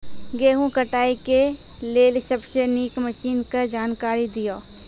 गेहूँ कटाई के लेल सबसे नीक मसीनऽक जानकारी दियो?